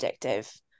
addictive